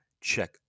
check